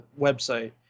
website